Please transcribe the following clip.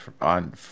on